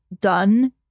done